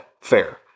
fair